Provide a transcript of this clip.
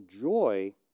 joy